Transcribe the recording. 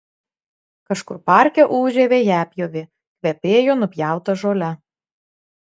kažkur parke ūžė vejapjovė kvepėjo nupjauta žole